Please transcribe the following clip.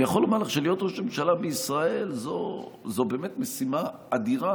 אני יכול לומר לך שלהיות ראש ממשלה בישראל זה באמת משימה אדירה.